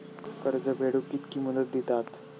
कर्ज फेडूक कित्की मुदत दितात?